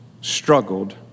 struggled